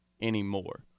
anymore